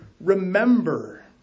remember